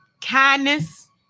kindness